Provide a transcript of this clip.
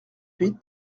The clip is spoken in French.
huit